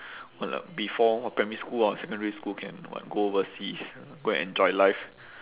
what uh before primary school or secondary school can what go overseas go and enjoy life